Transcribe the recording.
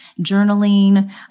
journaling